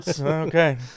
Okay